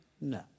No